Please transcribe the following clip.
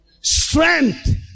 strength